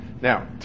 Now